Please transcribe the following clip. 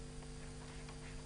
בבקשה.